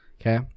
okay